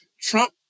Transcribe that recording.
Trump